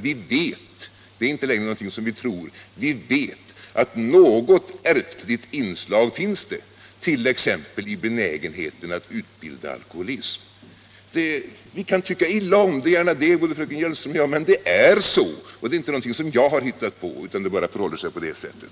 Vi vert — det är inte längre någonting som vi tror — att det finns ärftligt inslag t.ex. i benägenheten att utbilda alkoholism. Vi kan tycka illa om det — gärna det — både fröken Hjelmström och jag, men det är så. Det är ingenting som jag har hittat på utan det förhåller sig på det sättet.